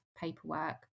paperwork